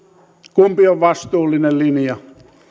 kumpi on vastuullinen linja